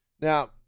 Now